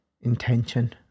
intention